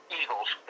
Eagles